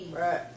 Right